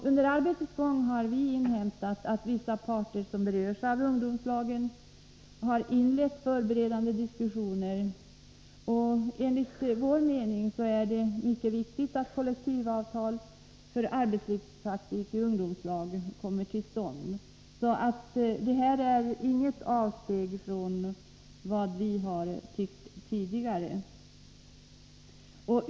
Under arbetets gång har vi inhämtat att vissa parter som berörs av ungdomslagen tagit upp förberedande diskussioner härvidlag. Enligt vår mening är det mycket viktigt att kollektivavtal för arbetslivspraktik i ungdomslag ingås. Detta innebär alltså inget avsteg från vad vi tidigare ansett.